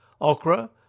okra